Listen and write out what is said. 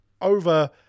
over